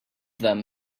them